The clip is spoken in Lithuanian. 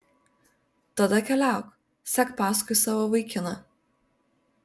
tada keliauk sek paskui savo vaikiną